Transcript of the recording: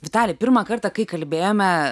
vitali pirmą kartą kai kalbėjome